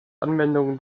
anwendung